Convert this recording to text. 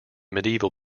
medieval